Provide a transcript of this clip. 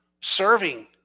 serving